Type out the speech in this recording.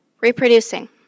Reproducing